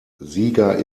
sieger